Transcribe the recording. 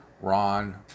Ron